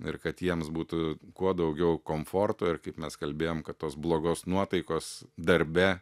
ir kad jiems būtų kuo daugiau komforto ir kaip mes kalbėjom kad tos blogos nuotaikos darbe